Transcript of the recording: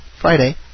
Friday